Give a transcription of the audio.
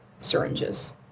syringes